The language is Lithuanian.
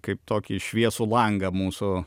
kaip tokį šviesų langą mūsų